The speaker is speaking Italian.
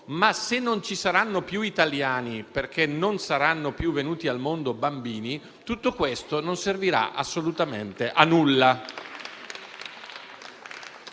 ma se non ci saranno più italiani perché non saranno più venuti al mondo bambini, tutto questo non servirà assolutamente a nulla.